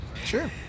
Sure